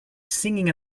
singing